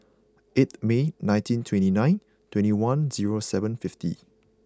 eighth May nineteen twenty nine twenty one zero seven fifty